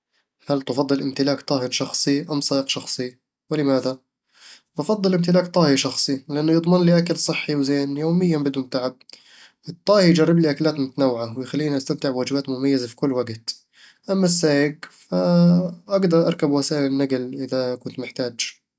هل تفضل امتلاك طاهٍ شخصي أم سائق شخصي؟ ولماذا؟ بفضّل امتلاك طاهي شخصي، لأنه يضمن لي أكل صحي وزين يوميًا بدون تعب الطاهي يجرب لي أكلات متنوعة، ويخليني أستمتع بوجبات مميزة في كل وقت أما السايق، فأقدر اركب وسائل النقل إذا كنت محتاج